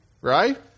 right